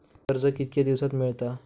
कर्ज कितक्या दिवसात मेळता?